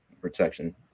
protection